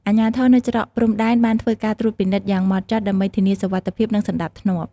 អាជ្ញាធរនៅច្រកព្រំដែនបានធ្វើការត្រួតពិនិត្យយ៉ាងហ្មត់ចត់ដើម្បីធានាសុវត្ថិភាពនិងសណ្តាប់ធ្នាប់។